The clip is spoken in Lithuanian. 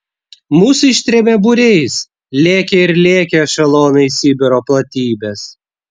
mus ištrėmė būriais lėkė ir lėkė ešelonai į sibiro platybes